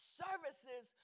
services